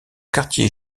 quartier